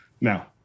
Now